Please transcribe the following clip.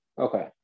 Okay